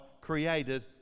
created